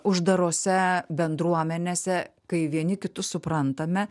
uždarose bendruomenėse kai vieni kitus suprantame